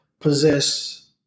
possess